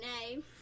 name